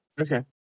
Okay